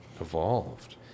evolved